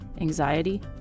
anxiety